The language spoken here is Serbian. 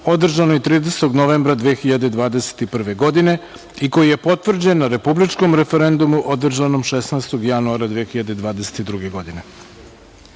održanoj 30. novembra 2021. godine, i koji je potvrđen na republičkom referendumu održanom 16. januara 2022. godine. Na